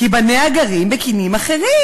כי בניה גרים בקנים אחרים.